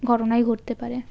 ঘটনাই ঘটতে পারে